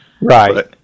Right